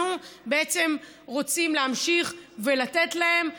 אנחנו בעצם רוצים להמשיך ולתת להם אותו.